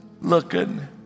looking